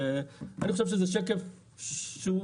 ואני חושב שזה שקף אופטימי,